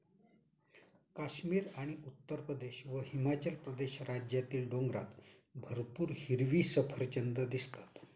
काश्मीर आणि उत्तरप्रदेश व हिमाचल प्रदेश राज्यातील डोंगरात भरपूर हिरवी सफरचंदं दिसतात